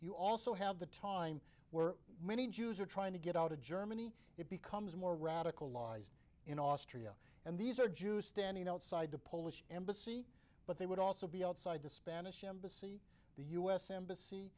you also have the time were many jews are trying to get out of germany it becomes more radicalized in austria and these are jews standing outside the polish embassy but they would also be outside the spanish embassy the u s embassy